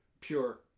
pure